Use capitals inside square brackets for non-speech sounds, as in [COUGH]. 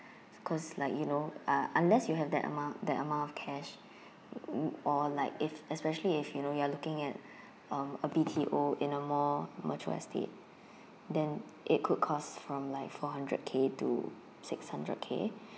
[BREATH] cause like you know uh unless you have that amo~ that amount of cash [BREATH] or like if especially if you know you are looking at [BREATH] um a B_T_O in a more mature estate [BREATH] then it could cost from like four hundred K to six hundred K